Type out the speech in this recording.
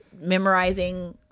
memorizing